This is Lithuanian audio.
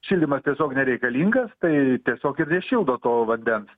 šildymas tiesiog nereikalingas tai tiesiog ir nešildo to vandens